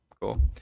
Cool